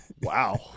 Wow